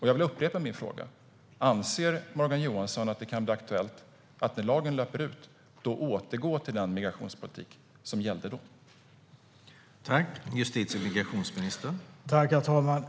Jag vill upprepa min fråga: Anser Morgan Johansson att det kan bli aktuellt att när lagen löper ut återgå till den migrationspolitik som gällde tidigare?